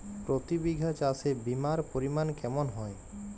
প্রতি বিঘা চাষে বিমার পরিমান কেমন হয়?